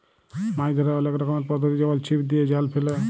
মাছ ধ্যরার অলেক রকমের পদ্ধতি যেমল ছিপ দিয়ে, জাল ফেলে